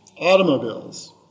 automobiles